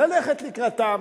ללכת לקראתם,